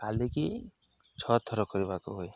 କାଲିକି ଛଅ ଥର କରିବାକୁ ହୁଏ